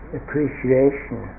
appreciation